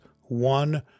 one